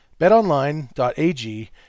BetOnline.ag